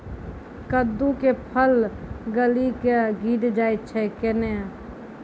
कददु के फल गली कऽ गिरी जाय छै कैने?